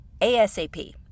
ASAP